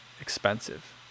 expensive